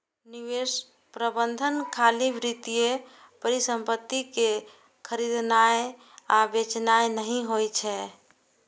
निवेश प्रबंधन खाली वित्तीय परिसंपत्ति कें खरीदनाय आ बेचनाय नहि होइ छै